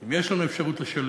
לאם יש לנו אפשרות לשלם